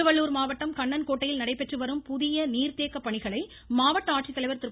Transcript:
திருவள்ளுர் மாவட்டம் கண்ணன்கோட்டையில் நடைபெற்று வரும் புதிய நீர்த்தேக்க பணிகளை மாவட்ட ஆட்சித்தலைவர் திரு